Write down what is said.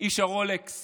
איש הרולקס